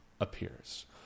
appears